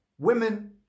Women